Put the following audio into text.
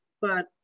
but-